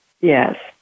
Yes